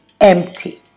empty